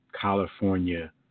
California